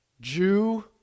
Jew